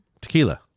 tequila